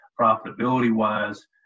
profitability-wise